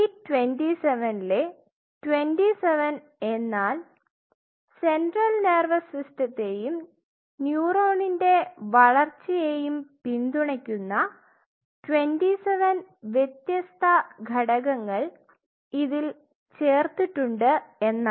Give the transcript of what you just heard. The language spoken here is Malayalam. B27 ലെ 27 എന്നാൽ സെൻട്രൽ നേർവസ് സിസ്റ്റത്തെയും ന്യൂറോണിന്റെ വളർച്ചയെയും പിന്തുണക്കുന്ന 27 വ്യത്യസ്ത ഘടകങ്ങൾ ഇതിൽ ചേർത്തിട്ടുണ്ട് എന്നാണ്